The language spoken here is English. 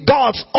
God's